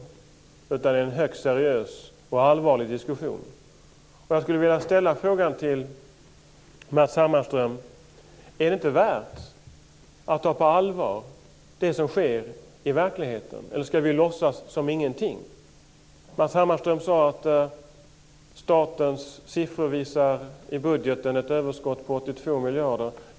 Det är en högst seriös och allvarlig diskussion. Jag vill ställa en fråga till Matz Hammarström. Är det inte värt att ta på allvar det som sker i verkligheten eller ska vi låtsas som ingenting? Matz Hammarström sade att statens siffror i budgeten visar ett överskott på 82 miljarder.